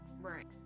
Right